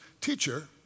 Teacher